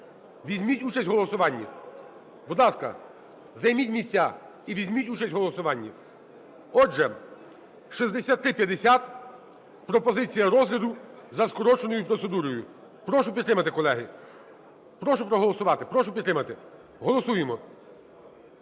візьміть участь в голосуванні. Будь ласка, займіть місця і візьміть участь в голосуванні. Отже, 6350 – пропозиція розгляду за скороченою процедурою. Прошу підтримати, колеги. Прошу проголосувати! Прошу підтримати! Голосуємо!